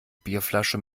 bierflasche